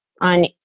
on